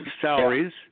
salaries